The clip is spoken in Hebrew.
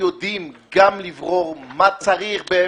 אדוני היושב-ראש,